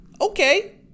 okay